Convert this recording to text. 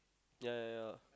ya ya ya